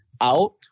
out